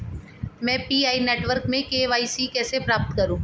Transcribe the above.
मैं Pi network में KYC कैसे प्राप्त करूँ?